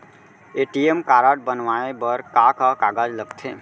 ATM card बनवाये बर का का कागज लगथे?